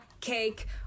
cake